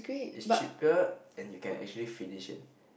is cheaper and you can actually finish it